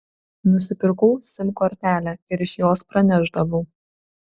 nusipirkau sim kortelę ir iš jos pranešdavau